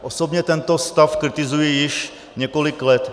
Osobně tento stav kritizuji již několik let.